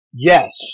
Yes